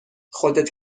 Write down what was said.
خودت